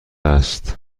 است